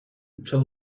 until